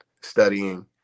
studying